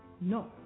no